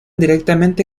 directamente